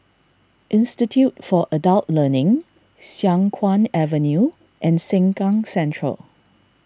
Institute for Adult Learning Siang Kuang Avenue and Sengkang Central